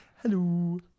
Hello